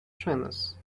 trainers